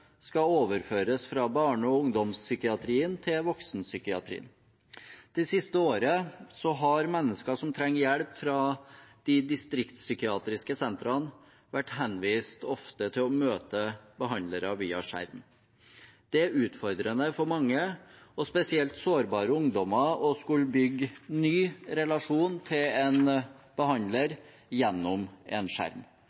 skal overføres fra barne- og ungdomspsykiatrien til voksenpsykiatrien. Det siste året har mennesker som trenger hjelp fra de distriktspsykiatriske sentrene, ofte vært henvist til å møte behandlere via skjerm. Det er utfordrende for mange, og spesielt for sårbare ungdommer, å skulle bygge en ny relasjon til en behandler